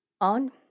On